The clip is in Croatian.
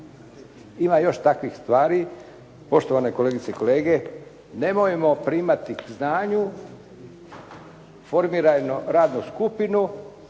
Ima još takvih stvari. Poštovane kolegice i kolege, nemojmo primati k znanju. Formirajmo radnu skupinu,